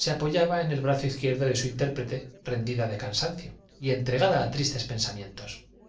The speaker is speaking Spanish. se apoyaba en el muerte una vez vencido sino el repugnante espectá brazo izquierdo de su intérprete rendida de cansancio y entregada á tristes pensamientos